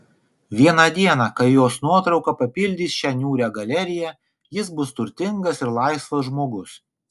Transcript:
vieną dieną kai jos nuotrauka papildys šią niūrią galeriją jis bus turtingas ir laisvas žmogus